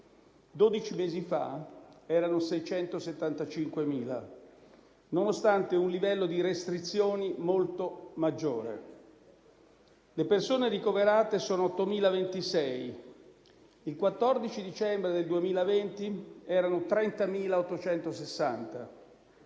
mesi fa erano 675.000, nonostante un livello di restrizioni molto maggiore. Le persone ricoverate sono 8.026; il 14 dicembre del 2020 erano 30.860.